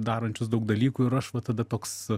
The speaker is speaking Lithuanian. darančius daug dalykų ir aš va tada toks